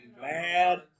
Bad